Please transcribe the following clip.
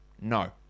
no